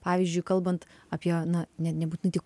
pavyzdžiui kalbant apie na ne nebūtinai tik